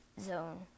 zone